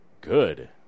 good